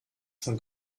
von